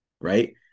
right